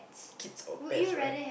kids or pets right